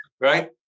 right